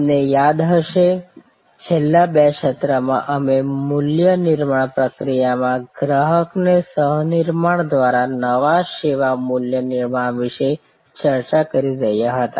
તમને યાદ હશે છેલ્લા બે સત્રોમાં અમે મૂલ્ય નિર્માણ પ્રક્રિયામાં ગ્રાહકને સહ નિર્માણ દ્વારા નવા સેવા મૂલ્ય નિર્માણ વિશે ચર્ચા કરી રહ્યા હતા